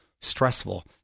stressful